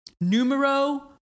Numero